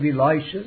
Elisha